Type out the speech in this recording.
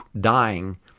dying